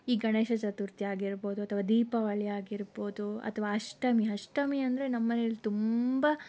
ಈ ಗಣೇಶ ಚತುರ್ಥಿ ಆಗಿರಬಹುದು ಅಥವಾ ದೀಪಾವಳಿ ಆಗಿರಬಹುದು ಅಥವಾ ಅಷ್ಟಮಿ ಅಷ್ಟಮಿ ಅಂದರೆ ನಮ್ಮನೆಯಲ್ಲಿ ತುಂಬ